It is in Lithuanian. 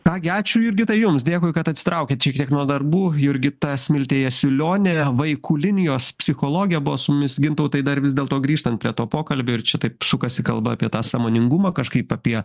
ką gi ačiū jurgitai jums dėkui kad atsitraukėte šiek tiek nuo darbų jurgita smiltė jasiulionė vaikų linijos psichologė buvo su mumis gintautai dar vis dėlto grįžtant prie to pokalbio ir čia taip sukasi kalba apie tą sąmoningumą kažkaip apie